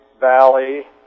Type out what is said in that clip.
Valley